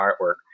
artwork